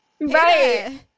Right